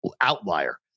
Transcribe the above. outlier